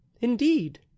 Indeed